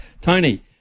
Tony